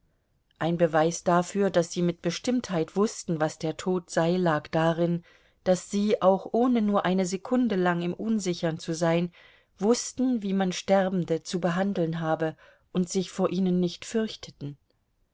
ein beweis dafür daß sie mit bestimmtheit wußten was der tod sei lag darin daß sie ohne auch nur eine sekunde lang im unsichern zu sein wußten wie man sterbende zu behandeln habe und sich vor ihnen nicht fürchteten